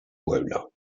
pueblo